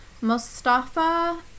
Mustafa